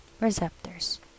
receptors